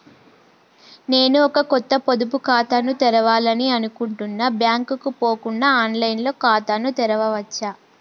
నేను ఒక కొత్త పొదుపు ఖాతాను తెరవాలని అనుకుంటున్నా బ్యాంక్ కు పోకుండా ఆన్ లైన్ లో ఖాతాను తెరవవచ్చా?